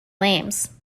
names